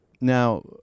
now